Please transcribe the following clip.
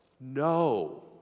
No